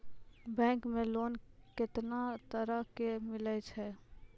Bank मे loan कैतना तरह के मिलै छै?